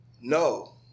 no